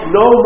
no